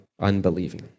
unbelieving